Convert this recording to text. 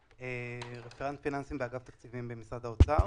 רפרנט פיננסים, אגף תקציבים, משרד האוצר.